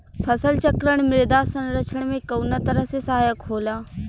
फसल चक्रण मृदा संरक्षण में कउना तरह से सहायक होला?